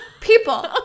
people